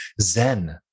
Zen